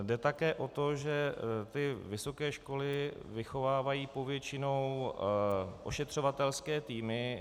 Jde také o to, že ty vysoké školy vychovávají povětšinou ošetřovatelské týmy.